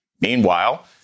Meanwhile